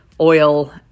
oil